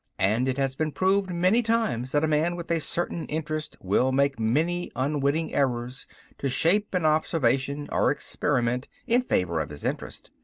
and it has been proved many times that a man with a certain interest will make many unwitting errors to shape an observation or experiment in favor of his interest.